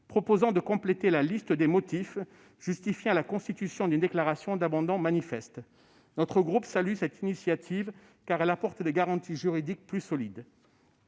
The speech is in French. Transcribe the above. proposant de compléter la liste des motifs justifiant la constitution d'une déclaration d'abandon manifeste. Notre groupe salue cette initiative qui apporte des garanties juridiques plus solides.